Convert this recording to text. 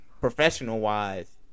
professional-wise